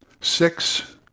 six